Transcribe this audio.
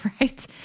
Right